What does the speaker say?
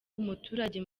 umuturage